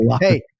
Hey